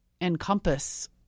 encompass